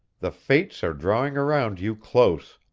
the fates are drawing around you close.